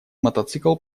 мотоцикл